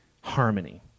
harmony